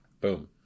Boom